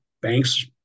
Banks